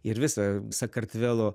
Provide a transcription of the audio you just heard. ir visą sakartvelo